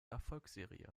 erfolgsserie